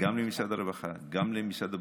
גם למשרד הרווחה, וגם למשרד הבריאות.